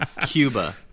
Cuba